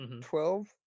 twelve